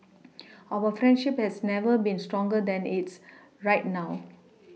our friendship has never been stronger than it's right now